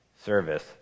service